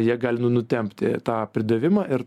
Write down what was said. jie gali nu nutempti tą pridavimą ir